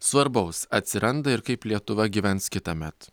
svarbaus atsiranda ir kaip lietuva gyvens kitąmet